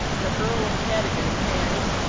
the earl of cadogan has,